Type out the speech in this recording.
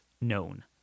known